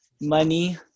money